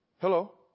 Hello